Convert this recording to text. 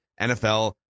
NFL